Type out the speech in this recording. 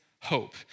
hope